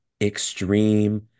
extreme